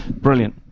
brilliant